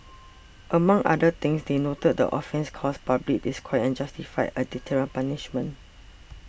among other things they noted the offence caused public disquiet and justified a deterrent punishment